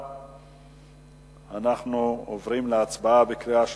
אנחנו עוברים להצבעה בקריאה שלישית,